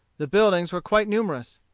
the buildings were quite numerous.